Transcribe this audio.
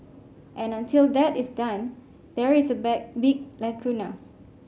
and until that is done there is a bag big lacuna